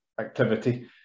activity